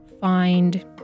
find